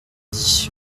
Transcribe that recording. dit